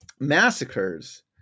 massacres